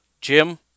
Jim